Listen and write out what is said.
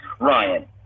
Ryan